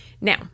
Now